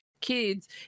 kids